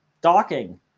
docking